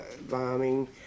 bombing